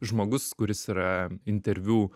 žmogus kuris yra interviu